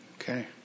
Okay